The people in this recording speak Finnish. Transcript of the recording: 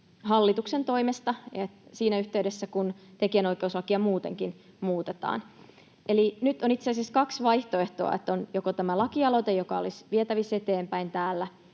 hallituksen toimesta siinä yhteydessä, kun tekijänoikeuslakia muutenkin muutetaan. Eli nyt on itse asiassa kaksi vaihtoehtoa: on tämä lakialoite, joka olisi vietävissä eteenpäin täällä,